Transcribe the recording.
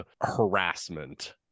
harassment